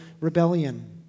rebellion